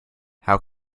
how